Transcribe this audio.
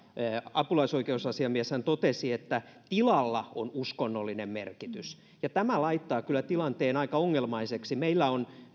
apulaisoikeusasiamieshän totesi että tilalla on uskonnollinen merkitys ja tämä laittaa kyllä tilanteen aika ongelmaiseksi meillä on